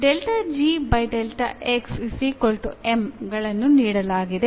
ಈಗ ಗಳನ್ನು ನೀಡಲಾಗಿದೆ